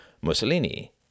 Mussolini